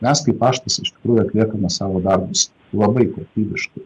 mes kaip paštas iš tikrųjų atliekame savo darbus labai kokybiškai